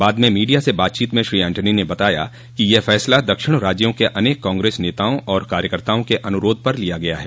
बाद में मीडिया से बातचीत में श्री एंटोनी ने बताया कि यह फैसला दक्षिण राज्यों के अनेक कांग्रेस नेताओं और कार्यकर्ताओं के अनुरोध पर लिया गया है